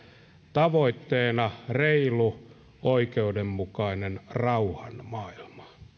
tavoitteena reilu oikeudenmukainen rauhan maailma